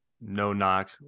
no-knock